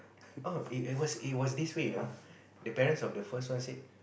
oh it it was it was this way you know the parents of the first one said